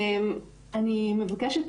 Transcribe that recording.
אני מבקשת